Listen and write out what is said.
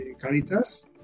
Caritas